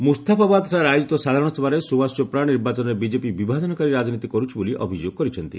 ମୁସ୍ତାଫାବାଦ ଠାରେ ଆୟୋକିତ ସାଧାରଣସଭାରେ ସୁବାସ ଚୋପ୍ରା ନିର୍ବାଚନରେ ବିଜେପି ବିଭାଜନକାରୀ ରାଜନୀତି କରୁଛି ବୋଲି ଅଭିଯୋଗ କରିଛନ୍ତି